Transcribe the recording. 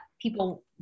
people